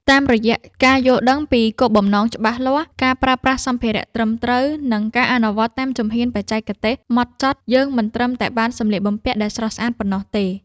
តាមរយៈការយល់ដឹងពីគោលបំណងច្បាស់លាស់ ការប្រើប្រាស់សម្ភារៈត្រឹមត្រូវ និងការអនុវត្តតាមជំហានបច្ចេកទេសហ្មត់ចត់ យើងមិនត្រឹមតែបានសម្លៀកបំពាក់ដែលស្រស់ស្អាតប៉ុណ្ណោះទេ។